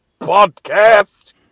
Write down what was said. Podcast